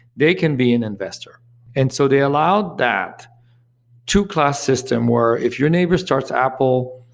they can be an investor and so they allowed that to class system, where if your neighbor starts apple,